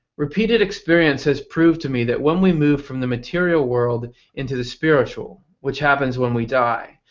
repeated experiences proved to me that when we move from the material world into the spiritual, which happens when we die,